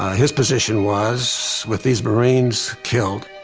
his position was, with these marines killed,